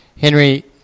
Henry